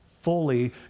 fully